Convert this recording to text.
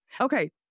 Okay